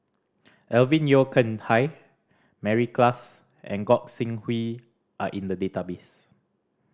Alvin Yeo Khirn Hai Mary Klass and Gog Sing Hooi are in the database